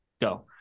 go